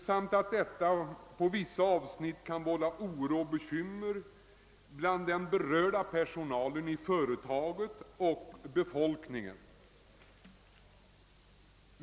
Jag är också medveten om att förändringarna kan vålla oro och bekymmer bland den berörda personalen i företaget och bland befolkningen.